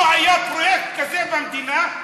לא היה פרויקט כזה במדינה,